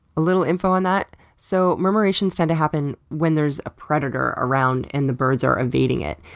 a little info on that. so murmurations tend to happen when there's a predator around and the birds are evading it.